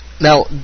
now